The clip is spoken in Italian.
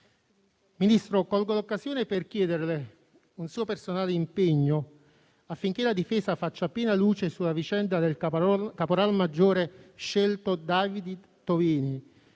Ministro, colgo l'occasione per chiederle un suo personale impegno affinché la Difesa faccia piena luce sulla vicenda del caporal maggiore scelto David Tobini,